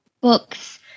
Books